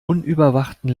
unüberwachten